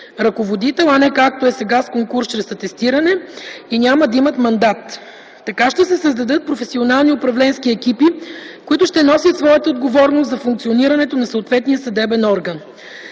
а не както е сега с конкурс чрез атестиране, и няма да имат мандат. Така ще се създадат професионални управленски екипи, които ще носят своята отговорност за функционирането на съответния съдебен орган.